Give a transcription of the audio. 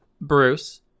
Bruce